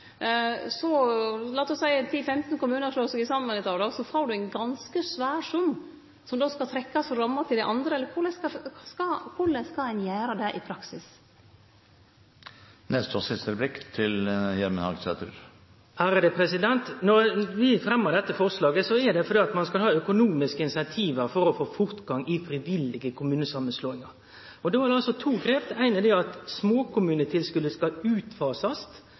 får dei ein ganske svær sum som skal trekkjast frå ramma til dei andre, viss f.eks. 10–15 kommunar slår seg saman eit år. Korleis skal ein gjere det i praksis? Vi fremma dette forslaget fordi ein skal ha økonomiske incentiv for å få fortgang i frivillige kommunesamanslåingar. Det inneheld to grep: Det eine er at småkommunetilskotet skal utfasast over ein periode på f.eks. ti år. Det vil sjølvsagt medføre at